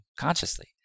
consciously